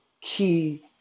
key